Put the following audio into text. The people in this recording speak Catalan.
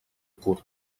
curt